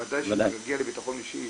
ודאי כשזה מגיע לביטחון אישי